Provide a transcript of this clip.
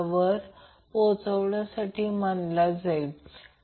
तर आपल्याला 45